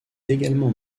également